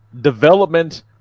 development